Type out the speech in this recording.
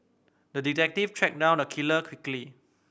the detective tracked down the killer quickly